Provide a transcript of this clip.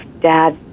dad